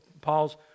Paul's